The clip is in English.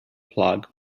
plug